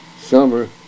summer